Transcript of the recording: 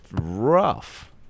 rough